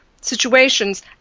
situations